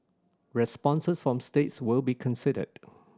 responses from states will be considered